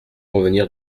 revenir